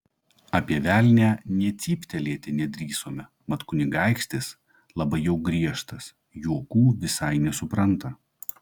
apie velnią nė cyptelėti nedrįsome mat kunigaikštis labai jau griežtas juokų visai nesupranta